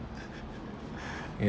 ya